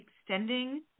extending